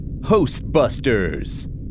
Hostbusters